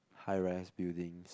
high rise buildings